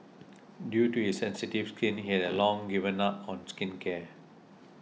due to his sensitive skin he had long given up on skincare